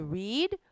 read